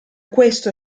questo